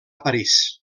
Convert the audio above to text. parís